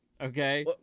okay